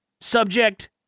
Subject